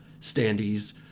standees